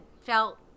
felt